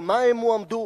על מה הם הועמדו.